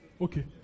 Okay